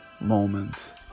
moments